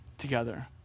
together